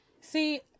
See